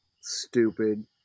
stupid